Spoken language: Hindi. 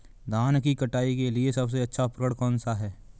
धान की कटाई के लिए सबसे अच्छा उपकरण कौन सा है?